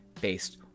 based